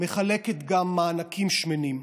מחלקת גם מענקים שמנים,